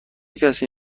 کسی